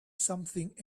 something